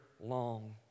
long